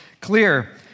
clear